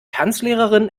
tanzlehrerin